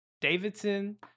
Davidson